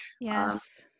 Yes